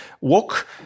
walk